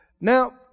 Now